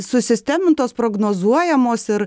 susistemintos prognozuojamos ir